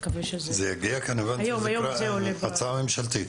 זה יגיע כהצעה ממשלתית.